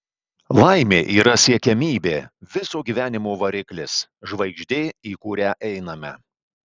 laimė yra siekiamybė viso gyvenimo variklis žvaigždė į kurią einame